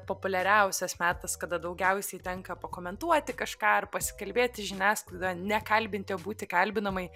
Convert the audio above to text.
populiariausias metas kada daugiausiai tenka pakomentuoti kažką ar pasikalbėti žiniasklaidoje ne kalbinti o būti kalbinamai